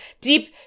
Deep